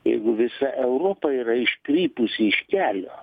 jeigu visa europa yra iškrypusi iš kelio